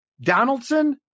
Donaldson